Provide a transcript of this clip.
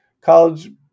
college